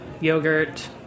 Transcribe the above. yogurt